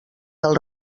del